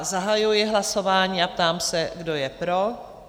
Zahajuji hlasování a ptám se, kdo je pro?